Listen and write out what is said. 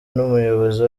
n’umuyobozi